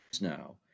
now